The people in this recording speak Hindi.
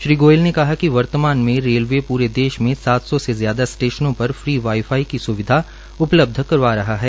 श्री गोयल ने कहा कि वर्तमान में रेलवे पूरे देश में सात सौ से ज्यादा स्टेशनों पर फ्री वाई फाई की स्विधा उपलब्ध करवा रहा है